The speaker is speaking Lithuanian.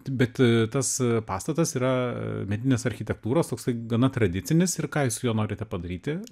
bet tas pastatas yra medinės architektūros toksai gana tradicinis ir ką jūs su juo norite padaryti